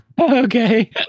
Okay